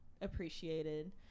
appreciated